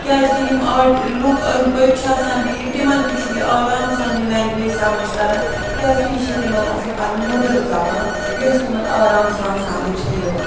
کیٛازِکہِ یِم أڑۍ لوٗکھ أنٛدۍ پٔتۍ چھِ آسان بِہتھ تِمَن تہِ چھُ یہِ آرام سان یہِ لنٛگویج سَمٕجھ تَران کیٛازِکہِ یہِ چھِ تِمَن آسان پَنٕنۍ مٔدٕر زبان یۄس تِمَن آرام سان سَمٕجھ چھِ یِوان